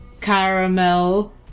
caramel